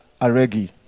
Aregi